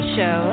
Show